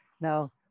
Now